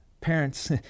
Parents